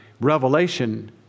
Revelation